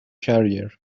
career